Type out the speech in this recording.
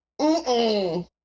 -mm